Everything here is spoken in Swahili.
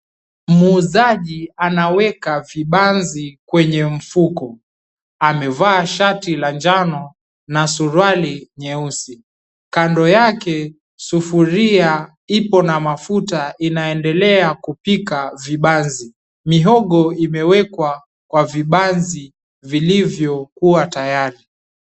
Muuzaji anaweka vibanzi kwenye mfuko, amevaa shati la njano na suruali nyeusi. Kando yake kuna sufuria iko na mafuta inaendelea kupika vibanzi. Mihogo imewekwa kwa vibanzi vilivyokuwa tayari.